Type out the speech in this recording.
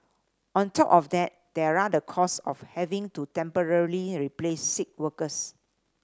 on top of that there are the cost of having to temporarily replace sick workers